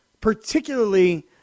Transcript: particularly